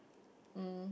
um